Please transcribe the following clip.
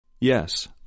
Yes